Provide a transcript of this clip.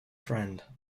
friend